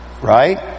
Right